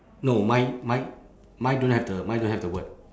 no mine mine mine don't have the mine don't have the word